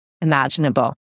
imaginable